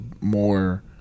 more